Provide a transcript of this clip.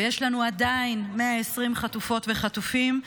ויש לנו עדיין 120 חטופות וחטופים.